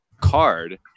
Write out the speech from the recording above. card